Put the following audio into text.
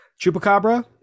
Chupacabra